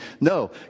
No